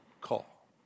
call